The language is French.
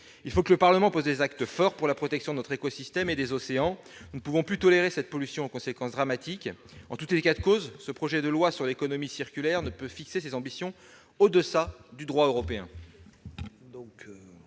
Il faut que le Parlement pose des actes forts pour la protection de notre écosystème et des océans. Nous ne pouvons plus tolérer cette pollution aux conséquences dramatiques. En tout état de cause, ce projet de loi sur l'économie circulaire ne peut fixer des ambitions en deçà du droit européen.